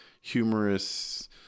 humorous